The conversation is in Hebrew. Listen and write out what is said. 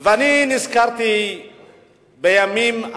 ואני נזכרתי בימים ההם,